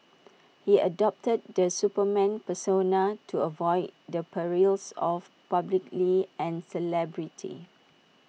he adopted the Superman persona to avoid the perils of publicly and celebrity